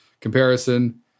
comparison